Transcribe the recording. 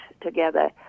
together